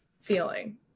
feeling